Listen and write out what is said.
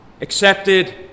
accepted